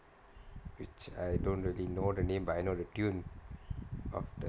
which I don't really know the name but I know the tune of the